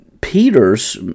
Peter's